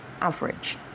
average